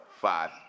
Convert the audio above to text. Five